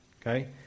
okay